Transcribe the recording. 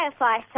firefighter